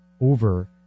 over